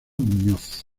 muñoz